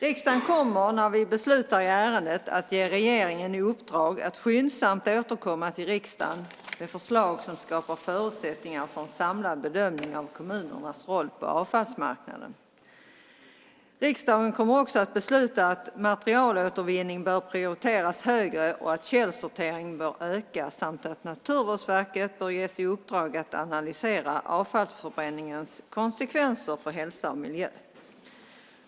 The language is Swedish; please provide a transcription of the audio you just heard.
Riksdagen kommer, när vi beslutar i ärendet, att ge regeringen i uppdrag att skyndsamt återkomma till riksdagen med förslag som skapar förutsättningar för en samlad bedömning av kommunernas roll på avfallsmarknaden. Riksdagen kommer också att besluta att materialåtervinning bör prioriteras högre och att källsorteringen bör öka samt att Naturvårdsverket bör ges i uppdrag att analysera avfallsförbränningens konsekvenser för hälsa och miljö.